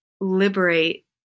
liberate